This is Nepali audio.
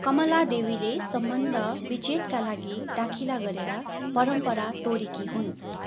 कमलादेवीले सम्बन्ध विच्छेदका लागि दाखिला गरेर परम्परा तोडेकी हुन्